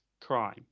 crime